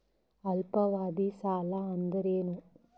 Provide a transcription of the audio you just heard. ಅಲ್ಪಾವಧಿ ಸಾಲ ಅಂದ್ರ ಏನು?